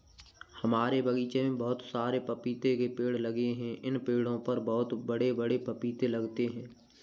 हमारे बगीचे में बहुत सारे पपीते के पेड़ लगे हैं इन पेड़ों पर बहुत बड़े बड़े पपीते लगते हैं